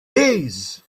days